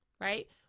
right